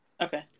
Okay